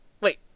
Wait